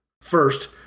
First